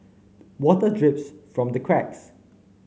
water drips from the cracks